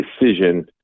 decision